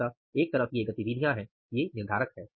अतः एक तरफ ये गतिविधियां हैं ये निर्धारक हैं